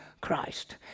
Christ